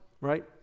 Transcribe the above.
right